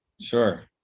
Sure